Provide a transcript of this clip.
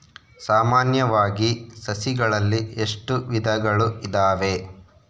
ಸಾಮಾನ್ಯವಾಗಿ ಸಸಿಗಳಲ್ಲಿ ಎಷ್ಟು ವಿಧಗಳು ಇದಾವೆ?